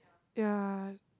ya